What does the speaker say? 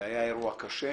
היה אירוע קשה,